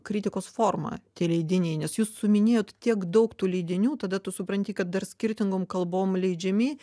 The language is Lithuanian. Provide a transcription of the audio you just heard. kritikos forma tie leidiniai nes jūs suminėjot tiek daug tų leidinių tada tu supranti kad dar skirtingom kalbom leidžiami